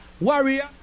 Warrior